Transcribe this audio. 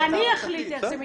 אני אחליט איך זה מתנהל.